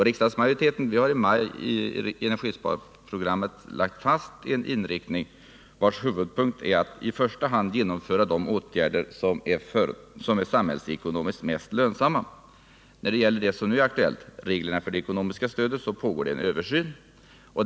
Riksdagsmajoriteten har i maj i energisparprogrammet lagt fast en inriktning vars huvudpunkt är att i första hand genomföra de åtgärder som är samhällsekonomiskt mest lönsamma. När det gäller det som nu är aktuellt — reglerna för det ekonomiska stödet — pågår en översyn.